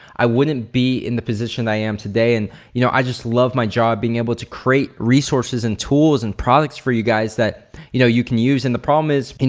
i wouldn't be in the position i am today and you know i just love my job being able to create resources and tools and products for you guys that you know you can use and the problem is,